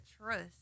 trust